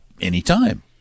anytime